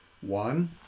One